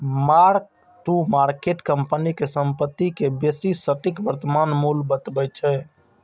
mark to market company के संपत्ति के बेसी सटीक वर्तमान मूल्य बतबै छै